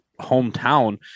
hometown